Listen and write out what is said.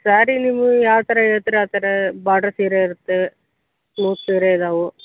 ಸ್ಯಾರಿ ನೀವು ಯಾವ ಥರ ಹೇಳ್ತಿರ ಆ ಥರ ಬಾರ್ಡ್ರ್ ಸೀರೆ ಇರತ್ತೆ ಸ್ಮೂತ್ ಸೀರೆ ಇದಾವೆ